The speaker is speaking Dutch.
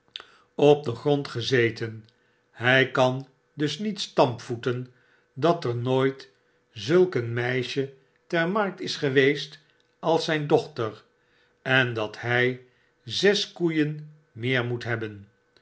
op den grond gezeten hjj kan dus niet stampvoeten dat er nooit zulk een meisje ter markt is geweest als zijn dochter en dat hjj zes koeien meer moet hebben